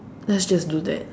let's just do that